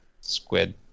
squid